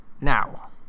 now